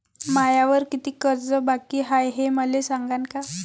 मायावर कितीक कर्ज बाकी हाय, हे मले सांगान का?